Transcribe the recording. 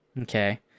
Okay